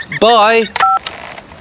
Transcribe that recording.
bye